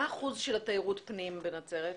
מה אחוז תיירות הפנים בנצרת?